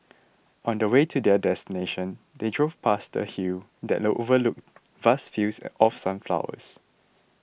on the way to their destination they drove past a hill that no overlooked vast fields of sunflowers